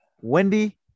Wendy